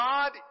God